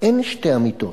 אין שתי אמיתות,